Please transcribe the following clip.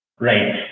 right